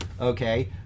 okay